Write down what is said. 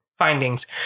Findings